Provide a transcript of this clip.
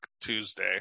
Tuesday